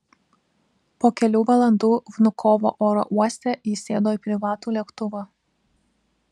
po kelių valandų vnukovo oro uoste jis sėdo į privatų lėktuvą